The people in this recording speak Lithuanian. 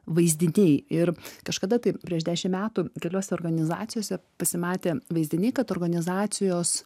vaizdiniai ir kažkada tai prieš dešim metų keliose organizacijose pasimatė vaizdiniai kad organizacijos